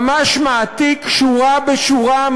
ממש מעתיק שורה בשורה,